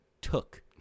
took